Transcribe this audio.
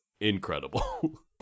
incredible